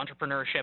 entrepreneurship